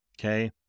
Okay